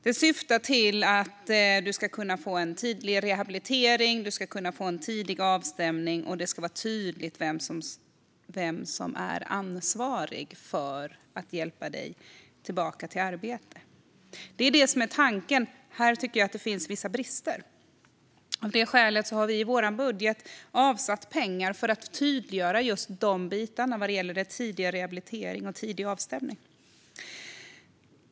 Den syftar till att du ska kunna få en tidig rehabilitering och en tidig avstämning, och det ska vara tydligt vem som är ansvarig för att hjälpa dig tillbaka till arbete. Det är det som är tanken. Här tycker jag att det finns vissa brister. Av det skälet har vi i vår budget avsatt pengar för att tydliggöra de bitar som gäller tidig rehabilitering och tidig avstämning.